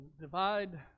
divide